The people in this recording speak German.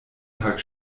tag